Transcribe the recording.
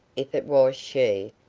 if it was she,